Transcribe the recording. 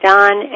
Don